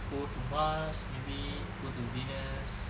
go to mars maybe go to venus